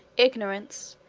ignorance,